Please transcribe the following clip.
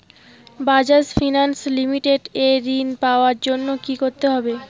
Bajaj finance limited এ ঋন পাওয়ার জন্য কি করতে হবে?